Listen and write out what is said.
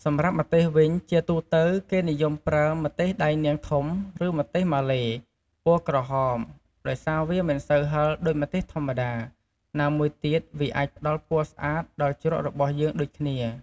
សម្រាប់ម្ទេសវិញ ជាទូទៅ គេនិយមប្រើ ម្ទេសដៃនាងធំ ឬម្ទេសម៉ាឡេ ពណ៌ក្រហម ដោយសារវាមិនសូវហឹរដូចម្ទេសធម្មតា ណាមួយទៀតវាអាចផ្ដល់ពណ៌ស្អាតដល់ជ្រក់របស់យើងដូចគ្នា។